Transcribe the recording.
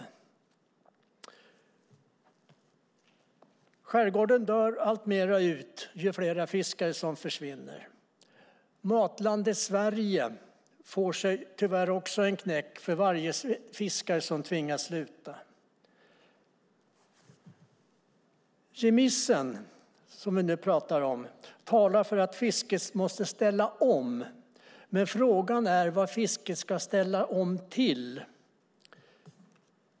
Ju fler fiskare som försvinner, desto mer dör skärgården ut. Matlandet Sverige får sig tyvärr också en knäck för varje fiskare som tvingas sluta. Den remiss som vi nu pratar om talar för att fisket måste ställas om. Men frågan är till vad fisket ska ställas om.